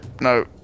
No